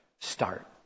start